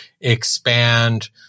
expand